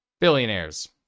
Billionaires